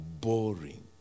boring